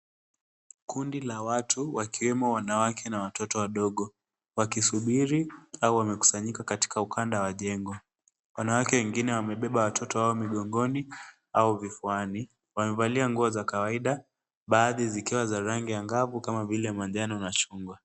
Kundi la watu wakiwemo wanawake na watoto wadogo wakisubiri au wamekusanyika katika ukanda wa jengo. Wanawake wengine wamebeba watoto wao migongoni au vifuani. Wamevalia nguo za kawaida baadhi zikiwa za rangi angavu kama vile manjano na chungwa.